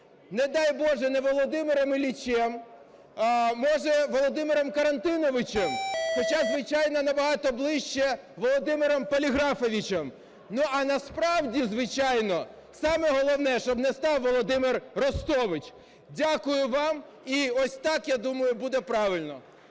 не дай Боже, не Володимиром Іллічем. Може, "Володимиром Карантиновичем", хоча, звичайно, набагато ближче "Володимиром Поліграфовичем". А насправді, звичайно, саме головне, щоб не став "Володимир Ростович". Дякую вам. І ось так, я думаю, буде правильно.